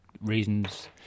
reasons